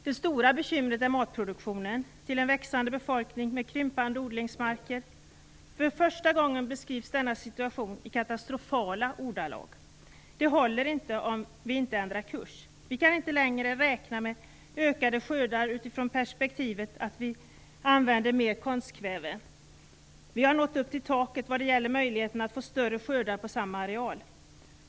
Det stora bekymret är matproduktionen till en växande befolkning med krympande odlingsmarker. För första gången beskrivs denna situation i sådana ordalag som katastrofal. Det håller inte om vi inte ändrar kurs. Vi kan inte längre räkna med ökande skördar utifrån perspektivet ökad användning av konstkväve. Vi har nått upp till taket vad gäller möjligheterna att få större skördar på samma areal.